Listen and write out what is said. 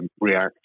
react